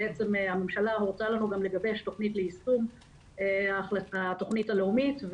בעצם הממשלה הורתה לנו לגבש תוכנית ליישום התוכנית הלאומית.